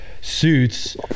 suits